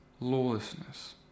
lawlessness